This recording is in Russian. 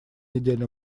неделя